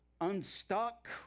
unstuck